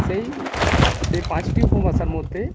সেই সেই পাঁচটি উপভাষার মধ্যে